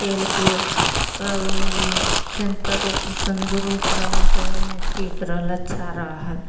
खेलके तऽ ओ फेर तंदु तंदुरुस रहल तऽ ओहिमे ठीक रहल अच्छा रहल